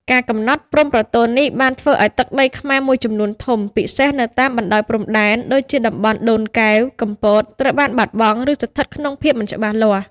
ការកំណត់ព្រំប្រទល់នេះបានធ្វើឱ្យទឹកដីខ្មែរមួយចំនួនធំ ពិសេសនៅតាមបណ្តោយព្រំដែន ដូចជាតំបន់ដូនកែវ កំពត ត្រូវបានបាត់បង់ ឬស្ថិតក្នុងភាពមិនច្បាស់លាស់។